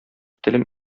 телем